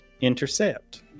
intercept